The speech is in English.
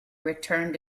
returned